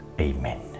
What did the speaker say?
Amen